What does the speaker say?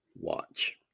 watch